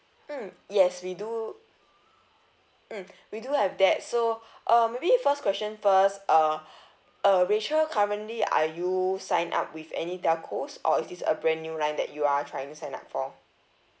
mm yes we do mm we do have that so uh maybe first question first uh uh rachel currently are you sign up with any telcos or is this a brand new line that you are trying to sign up for